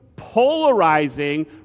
polarizing